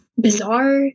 bizarre